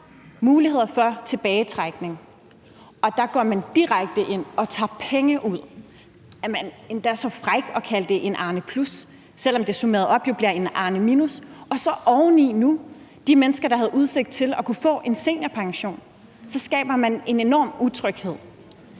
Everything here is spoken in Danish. mulighed for tilbagetrækning, og der går man direkte ind og tager penge ud, og man er endda så fræk at tage kalde det en Arneplus, selv om det summeret op bliver til en Arneminus. Oven i det skaber man nu for de mennesker, der havde udsigt til at kunne få en seniorpension, en enorm utryghed.